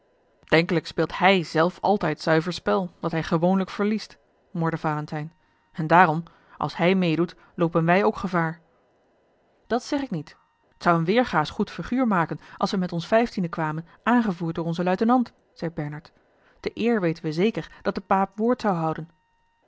denkelijk speelt hij zelf altijd zuiver spel dat hij gewoonlijk verliest morde valentijn en daarom als hij meêdoet loopen wij ook gevaar dat zeg ik niet t zou een weergaas goed figuur maken als wij met ons vijftienen kwamen aangevoerd door onzen luitenant zeî bernard te eer weten we zeker dat de paap woord zou houden